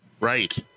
Right